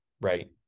right